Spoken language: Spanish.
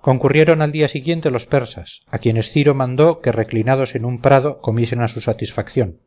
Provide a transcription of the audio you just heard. concurrieron al día siguiente los persas a quienes ciro mandó que reclinados en un prado comiesen a su satisfacción